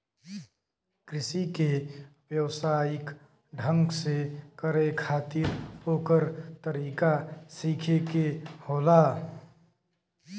कृषि के व्यवसायिक ढंग से करे खातिर ओकर तरीका सीखे के होला